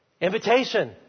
invitation